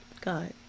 God